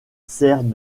sert